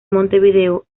montevideo